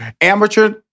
amateur